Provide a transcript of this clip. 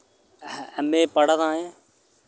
M A पढ़ा दा ऐ